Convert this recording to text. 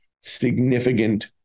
significant